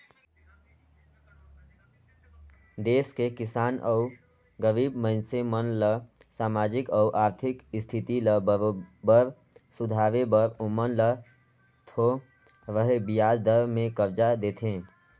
देस के किसान अउ गरीब मइनसे मन ल सामाजिक अउ आरथिक इस्थिति ल बरोबर सुधारे बर ओमन ल थो रहें बियाज दर में करजा देथे